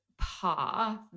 path